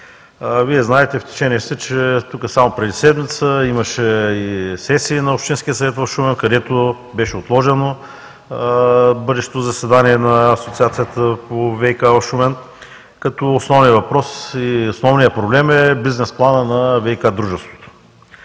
Вие знаете и сте в течение, че тук само преди седмица имаше сесия на Общинския съвет в Шумен, където беше отложено бъдещо заседание на Асоциацията по ВиК в Шумен, като основният въпрос, основният проблем е бизнес планът на ВиК дружеството.